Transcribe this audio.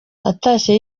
atashye